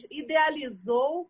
idealizou